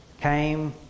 came